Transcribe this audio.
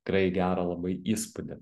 tikrai gerą labai įspūdį